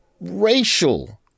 racial